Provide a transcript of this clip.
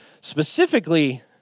Specifically